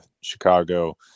Chicago